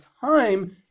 time